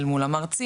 אל מול המרצים,